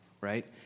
right